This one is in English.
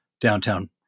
downtown